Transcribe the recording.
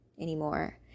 anymore